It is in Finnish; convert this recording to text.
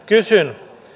kysyn